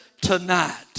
tonight